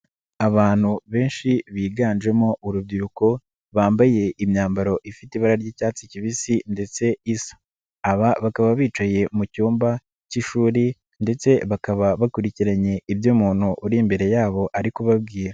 Abantu benshi biganjemo urubyiruko bambaye imyambaro ifite ibara ry'icyatsi kibisi ndetse isa, aba bakaba bicaye mu cyumba k'ishuri ndetse bakaba bakurikiranye ibyo umuntu uri imbere yabo ari kubabwira.